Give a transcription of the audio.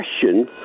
question